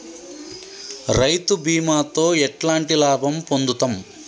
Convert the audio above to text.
రైతు బీమాతో ఎట్లాంటి లాభం పొందుతం?